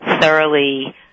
thoroughly